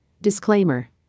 Disclaimer